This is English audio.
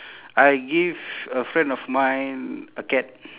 I give a friend of mine a cat